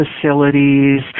facilities